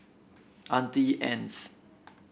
Auntie Anne's